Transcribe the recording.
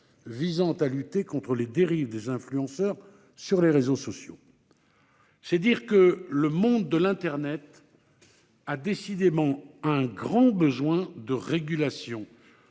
visant à lutter contre les dérives des influenceurs sur les réseaux sociaux. C'est dire si le monde de l'internet a décidément un grand besoin de régulation,